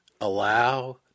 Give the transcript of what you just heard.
allow